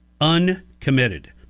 uncommitted